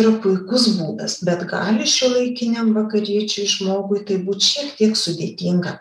yra puikus būdas bet gali šiuolaikiniam vakariečiui žmogui tai būt šiek tiek sudėtinga